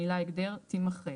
המילה "הגדר" - תימחק.